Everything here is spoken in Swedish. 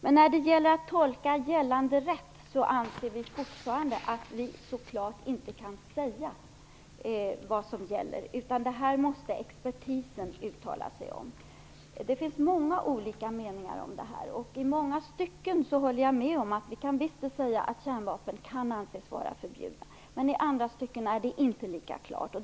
Men när det gäller att tolka gällande rätt anser vi fortfarande att vi inte så klart kan säga vad som gäller, utan det måste expertisen uttala sig om. Det finns många olika meningar om det här. I många stycken håller jag med om att vi kan visst säga att kärnvapen kan anses vara förbjudna, men i andra stycken är det inte lika klart.